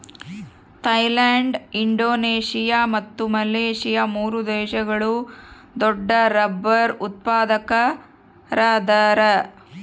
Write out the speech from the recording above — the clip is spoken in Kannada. ಥೈಲ್ಯಾಂಡ್ ಇಂಡೋನೇಷಿಯಾ ಮತ್ತು ಮಲೇಷ್ಯಾ ಮೂರು ದೇಶಗಳು ದೊಡ್ಡರಬ್ಬರ್ ಉತ್ಪಾದಕರದಾರ